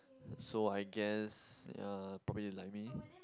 so I guess yeah probably they like me